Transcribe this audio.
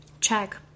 check